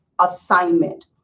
assignment